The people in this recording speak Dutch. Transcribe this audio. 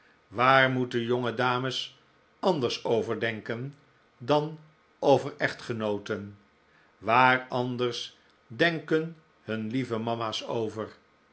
waar moeten jonge dames anders over denken dan over echtgenooten waar anders denken hun lieve mama's over